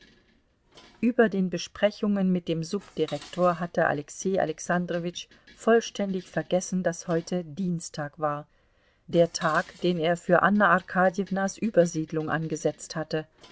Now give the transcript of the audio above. über den besprechungen mit dem subdirektor hatte alexei alexandrowitsch vollständig vergessen daß heute dienstag war der tag den er für anna arkadjewnas übersiedlung angesetzt hatte